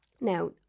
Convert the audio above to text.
now